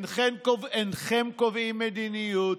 אינכם קובעים מדיניות.